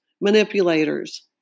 manipulators